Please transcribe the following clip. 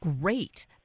great